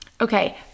Okay